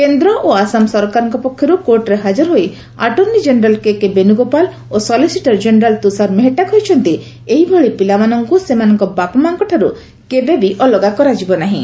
କେନ୍ଦ୍ର ଓ ଆସାମ ସରକାରଙ୍କ ପକ୍ଷରୁ କୋର୍ଟରେ ହାଜର ହୋଇ ଆଟୋର୍ଷ୍ଣି ଜେନେରାଲ୍ କେକେ ବେଶ୍ରଗୋପାଳ ଓ ସଲିସିଟର ଜେନେରାଲ୍ ତୁଷାର ମେହେଟ୍ଟା କହିଛନ୍ତି ଏହିଭଳି ପିଲାମାନଙ୍କୁ ସେମାନଙ୍କ ବାପା ମା'ଙ୍କଠାରୁ କେବେବି ଅଲଗା କରାଯିବ ନାହିଁ